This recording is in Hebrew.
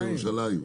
ירושלים.